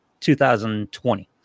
2020